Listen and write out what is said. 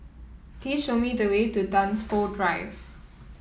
please show me the way to Dunsfold Drive